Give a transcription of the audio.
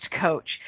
coach